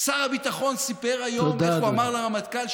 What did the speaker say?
שר הביטחון סיפר היום איך הוא אמר לרמטכ"ל,